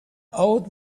old